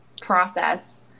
process